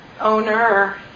owner